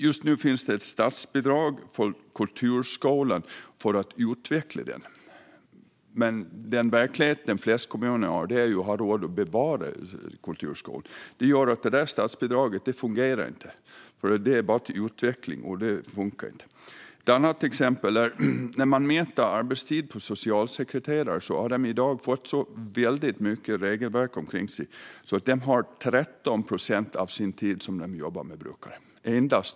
Just nu finns det ett statsbidrag för att utveckla kulturskolan, men i den verklighet som råder i de flesta kommuner handlar det om att ha råd att bevara kulturskolan. Det gör att det där statsbidraget inte fungerar, för det är bara till utveckling. Det funkar inte. Det andra exemplet handlar om socialsekreterares arbetstid. När man mäter den ser man att de i dag har så mycket regelverk att förhålla sig till att de lägger endast 13 procent av sin tid på att jobba med brukare.